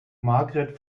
margret